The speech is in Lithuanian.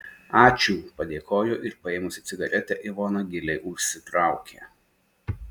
ačiū padėkojo ir paėmusi cigaretę ivona giliai užsitraukė